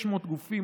600 גופים,